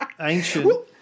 ancient